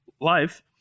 life